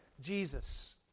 Jesus